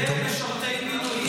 -- למשרתי מילואים --- אני תומך.